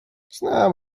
znam